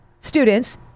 students